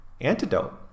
antidote